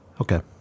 okay